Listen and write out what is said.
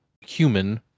human